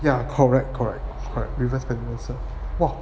ya correct correct correct reverse pendulum serve !wah!